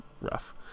Rough